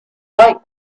like